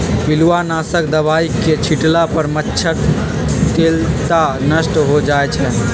पिलुआ नाशक दवाई के छिट्ला पर मच्छर, तेलट्टा नष्ट हो जाइ छइ